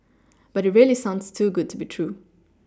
but it really sounds too good to be true